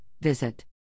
visit